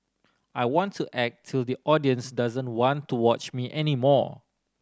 I want to act till the audience doesn't want to watch me any more